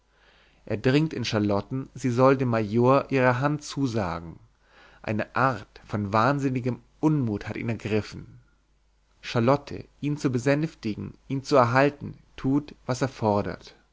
er dringt in charlotten sie soll dem major ihre hand zusagen eine art von wahnsinnigem unmut hat ihn ergriffen charlotte ihn zu besänftigen ihn zu erhalten tut was er fordert